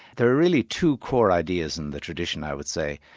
there are really two core ideas in the tradition, i would say.